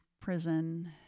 prison